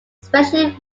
especially